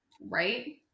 Right